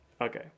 Okay